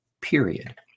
period